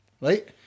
right